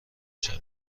شوی